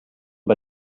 bei